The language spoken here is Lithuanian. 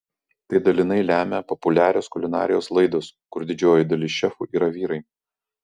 tai dalinai lemia populiarios kulinarijos laidos kur didžioji dalis šefų yra vyrai